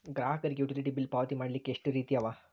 ಗ್ರಾಹಕರಿಗೆ utility bill ಪಾವತಿ ಮಾಡ್ಲಿಕ್ಕೆ ಎಷ್ಟ ರೇತಿ ಅವ?